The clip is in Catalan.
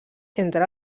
entre